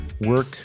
Work